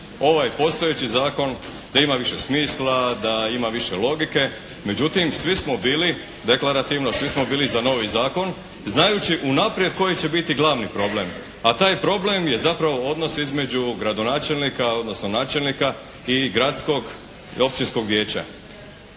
ovaj postojeći zakon da ima više smisla, da ima više logike međutim svi smo bili deklarativno svi smo bili za novi zakon znajući unaprijed koji će biti glavni problem. A taj problem je zapravo odnos između gradonačelnika odnosno načelnika i gradskog i općinskog vijeća.